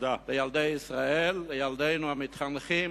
לילדי ישראל, לילדינו המתחנכים